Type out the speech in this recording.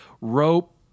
rope